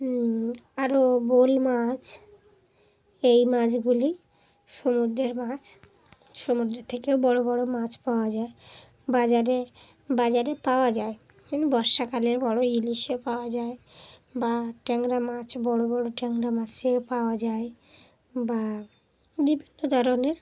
আরও বোয়াল মাছ এই মাছগুলি সমুদ্রের মাছ সমুদ্রের থেকেও বড়ো বড়ো মাছ পাওয়া যায় বাজারে বাজারে পাওয়া যায় ম বর্ষাকালে বড়ো ইলিশে পাওয়া যায় বা ট্যাংরা মাছ বড়ো বড়ো ট্যাংরা মাছে পাওয়া যায় বা বিভিন্ন ধরনের